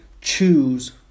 choose